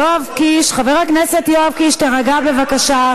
יואב קיש, חבר הכנסת יואב קיש, תירגע בבקשה.